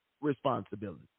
responsibility